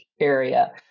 area